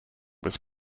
was